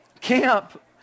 camp